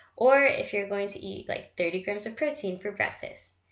or if you're going to eat like thirty grams of protein for breakfast.